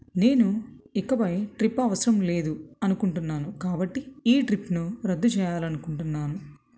నేను ఇకపై ట్రిప్ అవసరం లేదు అనుకుంటున్నాను కాబట్టి ఈ ట్రిప్ను రద్దు చేయాలనుకుంటున్నాను